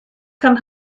kann